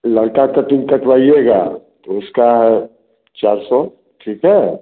लड़का कटिंग कटवाइएगा तो उसका है चार सौ ठीक है